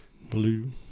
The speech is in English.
Blue